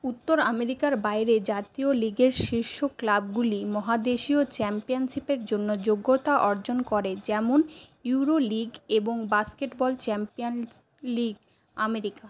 উত্তর আমেরিকার বাইরে জাতীয় লিগের শীর্ষ ক্লাবগুলি মহাদেশীয় চ্যাম্পিয়ানশিপের জন্য যোগ্যতা অর্জন করে যেমন ইউরো লিগ এবং বাস্কেটবল চ্যাম্পিয়ান্স লিগ আমেরিকা